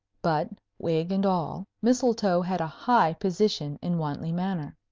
but, wig and all, mistletoe had a high position in wantley manor.